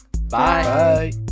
Bye